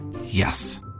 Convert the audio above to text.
Yes